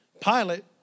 Pilate